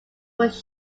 was